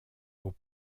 aux